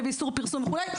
ואיסור פרסום וכולי,